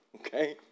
okay